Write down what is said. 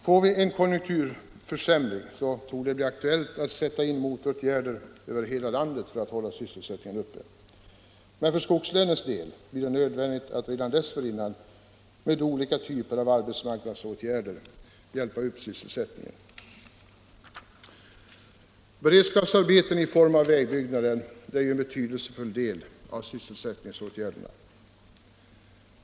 Får vi en konjunkturförsämring torde det bli aktuellt att sätta in motåtgärder över hela landet för att hålla sysselsättningen uppe, men för skogslänens del är det nödvändigt att redan dessförinnan med olika typer av arbetsmarknadsåtgärder hjälpa upp sysselsättningen. Beredskapsarbeten i form av vägbyggnader är en betydelsefull del av sysselsättningsåtgärderna.